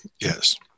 Yes